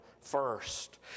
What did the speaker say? first